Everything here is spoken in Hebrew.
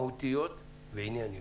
מהותיות וענייניות.